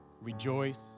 Rejoice